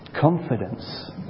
confidence